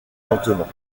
lentement